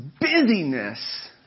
busyness